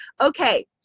Okay